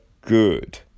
good